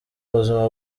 buzima